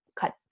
cut